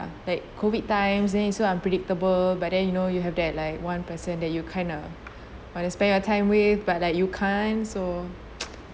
like COVID times then it's so unpredictable but then you know you have that like one person that you kind of want to spend your time with but like you can't so